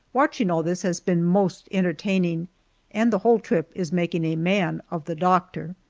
watching all this has been most entertaining and the whole trip is making a man of the doctor.